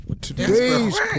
today's